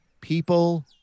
people